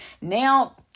now